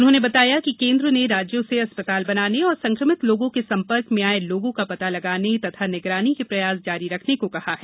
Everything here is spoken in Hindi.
उन्होंने बताया कि केन्द्र ने राज्यों से अस्पताल बनाने और संक्रमित लोगों के संपर्क में आये लोगों का पता लगाने और निगरानी के प्रयास जारी रखने को कहा है